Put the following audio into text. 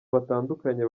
batandukanye